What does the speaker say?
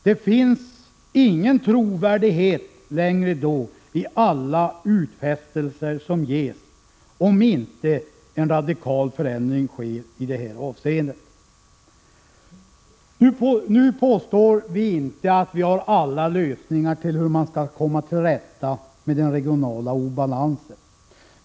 Det finns inte längre någon trovärdighet i alla utfästelser som ges, om inte en radikal förändring sker i detta avseende. Vi påstår inte att vi har alla lösningar på hur man skall komma till rätta med den regionala obalansen.